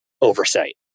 oversight